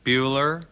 Bueller